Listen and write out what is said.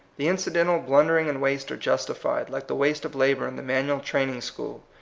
the incidental blundering and waste are justified, like the waste of lumber in the manual training-school,